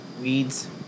Weeds